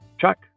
Chuck